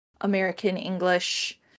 American-English